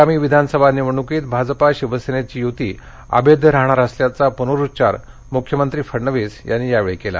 आगामी विधानसभा निवडणुकीत भाजप आणि शिवेसनेची युती अभेद्य राहणार असल्याचा पुनरुच्चार मुख्यमंत्री देवेंद्र फडणवीस यांनी यावेळी केला